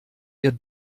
ihr